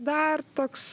dar toks